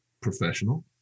professional